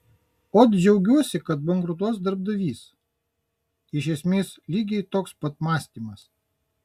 ot džiaugsiuosi kai bankrutuos darbdavys iš esmės lygiai toks pat mąstymas